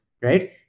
right